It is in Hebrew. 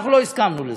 אנחנו לא הסכמנו לזה.